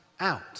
out